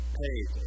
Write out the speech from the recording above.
paid